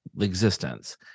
existence